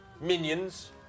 minions